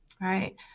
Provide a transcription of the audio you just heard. Right